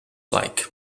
like